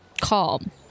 calm